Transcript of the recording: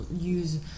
use